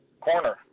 corner